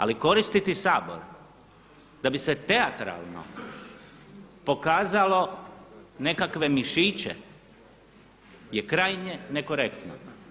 Ali koristiti Sabor da bi se teatralno pokazalo nekakve mišiće je krajnje nekorektno.